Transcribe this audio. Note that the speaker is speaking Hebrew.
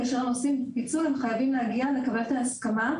כאשר עושים פיצול הם חייבים להגיע לקבלת ההסכמה.